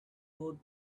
both